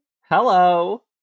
hello